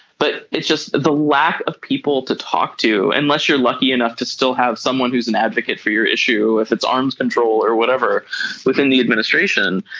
but it's just the lack of people to talk to unless you're lucky enough to still have someone who's an advocate for your issue if it's arms control or whatever within the administration.